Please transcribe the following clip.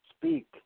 speak